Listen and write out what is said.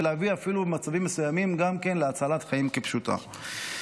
ואפילו במצבים מסוימים להביא גם להצלת חיים כפשוטה.